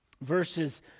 verses